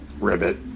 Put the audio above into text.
ribbit